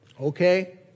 Okay